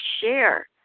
share